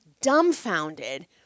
dumbfounded